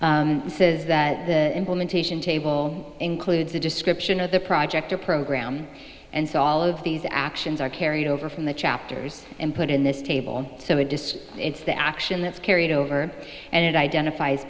one says that the implementation table includes a description of the project or program and so all of these actions are carried over from the chapters and put in this table so it just it's the action that's carried over and it identifies